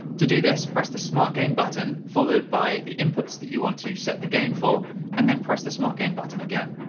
to do this, press the smartgain button followed but the inputs that you want to set the gain for and then press the smartgain button again.